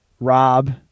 Rob